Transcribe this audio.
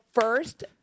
first